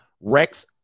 Rex